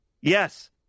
Yes